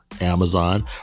Amazon